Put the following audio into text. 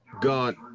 God